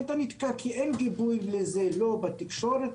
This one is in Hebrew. הקטע נתקע כי אין גיבוי לזה לא בתקשורת,